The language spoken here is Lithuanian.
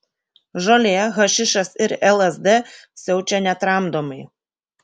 žolė hašišas ir lsd siaučia netramdomai